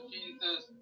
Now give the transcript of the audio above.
Jesus